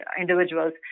individuals